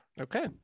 Okay